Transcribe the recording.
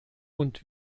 und